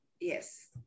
yes